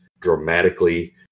dramatically